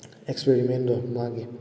ꯑꯦꯛꯁꯄ꯭ꯔꯤꯃꯦꯟꯗꯣ ꯃꯥꯒꯤ